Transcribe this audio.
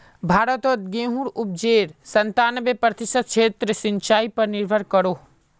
भारतोत गेहुंर उपाजेर संतानबे प्रतिशत क्षेत्र सिंचाई पर निर्भर करोह